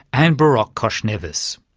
and berok khoshnevis.